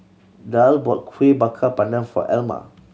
Daryle bought Kueh Bakar Pandan for Alma